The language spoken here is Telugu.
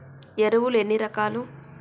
ఎరువులు ఎన్ని రకాలు?